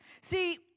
See